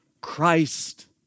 Christ